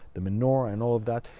the menorah, and all that,